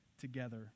together